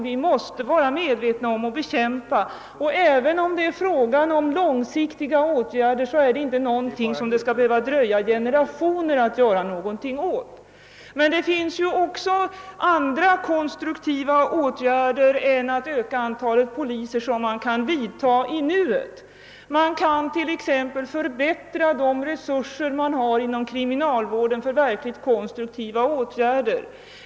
Vi måste vara medvetna om detta och vidta åtgärder, även om åtgärderna inrutas på lång sikt. Det skall dock inte behöva dröja flera generationer innan någonting görs åt det. Men det finns också andra, konstruktiva åtgärder som man kan vidta i nuet än att öka antalet poliser. Man kan t.ex. genom verkligt konstruktiva åtgärder förbättra kriminalvårdens resurser.